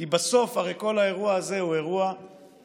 כי בסוף הרי כל האירוע הזה הוא אירוע שמחייב